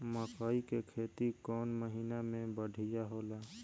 मकई के खेती कौन महीना में बढ़िया होला?